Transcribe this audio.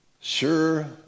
sure